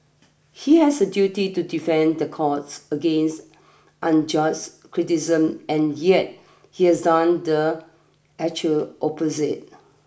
he has a duty to defend the courts against unjust criticism and yet he has done the actual opposite